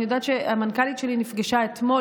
אני יודעת שהמנכ"לית שלי נפגשה אתמול,